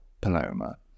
Paloma